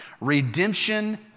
redemption